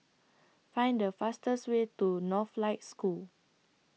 Find The fastest Way to Northlight School